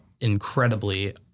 incredibly